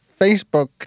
Facebook